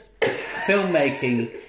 filmmaking